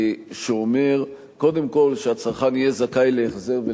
שאומר קודם כול שהצרכן יהיה זכאי להחזר,